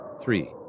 three